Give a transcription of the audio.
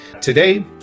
today